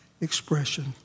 expression